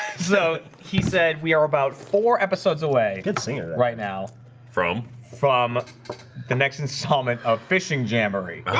so he said we are about four episodes away good singers right now from from the next installment of fishing jamboree